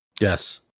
Yes